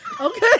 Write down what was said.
Okay